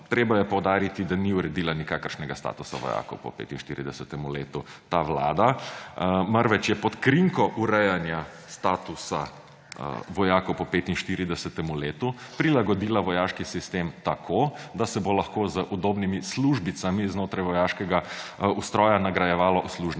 Treba je poudariti, da ni uredila nikakršnega statusa vojakov po 45. letu ta vlada, marveč je pod krinko urejanja statusa vojakov po 45. letu prilagodila vojaški sistem tako, da se bo lahko z udobnimi službicami znotraj vojaškega ustroja nagrajevalo uslužne